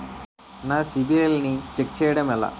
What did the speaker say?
నా సిబిఐఎల్ ని ఛెక్ చేయడం ఎలా?